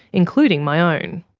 including my own.